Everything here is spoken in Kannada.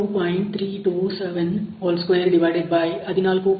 41 square132